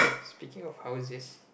speaking of houses